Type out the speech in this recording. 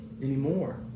anymore